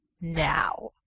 now